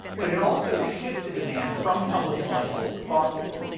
but it also shifts the demand from public intellectuals to thought leaders.